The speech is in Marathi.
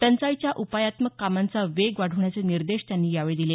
टंचाईच्या उपायात्मक कामांचा वेग वाढवण्याचे निर्देश त्यांनी यावेळी दिले